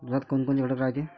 दुधात कोनकोनचे घटक रायते?